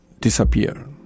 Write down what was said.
disappear